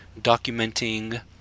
documenting